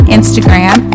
Instagram